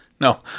No